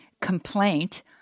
complaint